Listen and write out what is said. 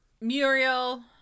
Muriel